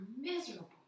miserable